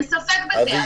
אין ספק בזה,